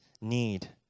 need